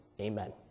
Amen